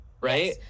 right